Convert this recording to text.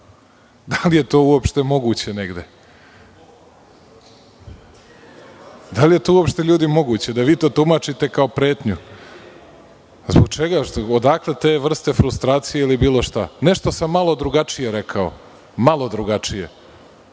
Da li je to uopšte moguće negde? Da li je uopšte, ljudi, moguće da vi to tumačite kao pretnju? Zbog čega? Odakle te vrste frustracije, ili bilo šta. Nešto sam malo drugačije rekao. Malo drugačije.